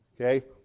Okay